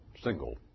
single